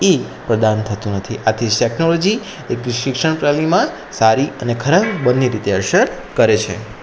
એ પ્રદાન થતું નથી આથી ટેક્નોલોજી એ શિક્ષણ પ્રણાલીમાં સારી અને ખરાબ બન્ને રીતે અસર કરે છે